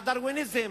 הדרוויניזם,